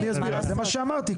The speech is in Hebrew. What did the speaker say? זה מה שאמרתי,